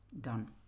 done